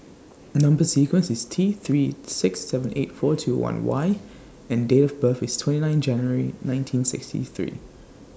Number sequence IS T three six seven eight four two one Y and Date of birth IS twenty nine January nineteen sixty three